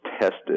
tested